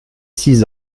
six